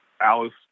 Alice